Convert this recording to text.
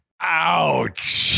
Ouch